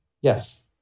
yes